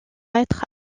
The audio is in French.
être